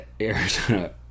Arizona